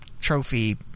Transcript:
trophy